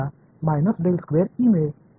मला मिळेल